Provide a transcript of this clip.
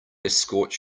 escort